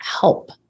help